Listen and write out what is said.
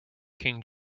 king